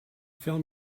film